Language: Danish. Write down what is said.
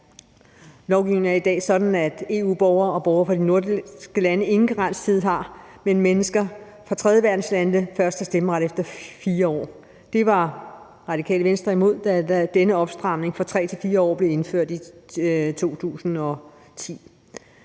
Lovgivningen er i dag sådan, at EU-borgere og borgere fra de nordiske lande ingen karenstid har, men at mennesker fra tredjeverdenslande først har stemmeret efter 4 år. Det var Radikale Venstre imod, da denne opstramning fra 3 til 4 år blev indført i 2010.